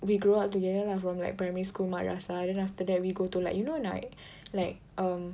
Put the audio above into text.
we grow up together lah from like primary school madrasah then after that we go to like you know like like um